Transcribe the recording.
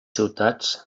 ciutats